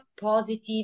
positive